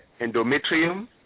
endometrium